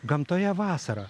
gamtoje vasara